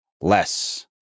less